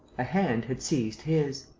a hand had seized his.